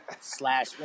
slash